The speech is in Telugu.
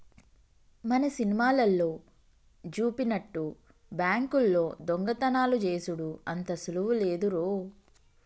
మన సినిమాలల్లో జూపినట్టు బాంకుల్లో దొంగతనాలు జేసెడు అంత సులువు లేదురో